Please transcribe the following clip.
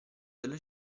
della